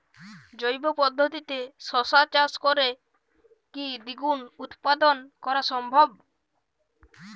জৈব পদ্ধতিতে শশা চাষ করে কি দ্বিগুণ উৎপাদন করা সম্ভব?